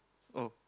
oh